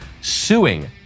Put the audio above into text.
suing